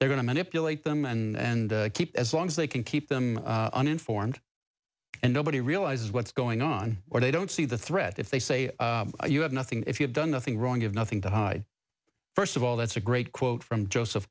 people are going to manipulate them and keep as long as they can keep them uninformed and nobody realizes what's going on or they don't see the threat if they say you have nothing if you've done nothing wrong have nothing to hide first of all that's a great quote from joseph